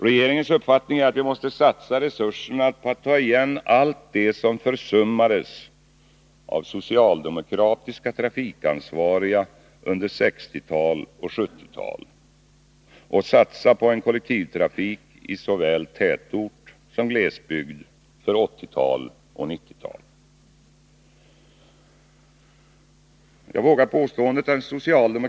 Regeringens uppfattning är att vi måste satsa resurserna på att ta igen allt det som försummades av socialdemokratiska trafikansvariga under 1960 talet och 1970-talet och satsa på en kollektivtrafik i såväl tätort som glesbygd för 1980-talet och 1990-talet.